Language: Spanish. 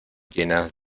llenas